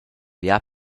bia